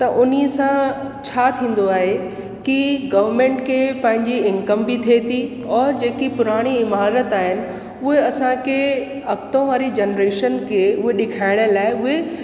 त उन सां छा थींदो आहे की गवर्मेंट खे पंहिंजी इनकम बि थिए थी औरि जेकी पुराणी इमारत आहिनि उहे असांखे अॻितो वारी जनरेशन खे उहे ॾेखाइण लाइ उहे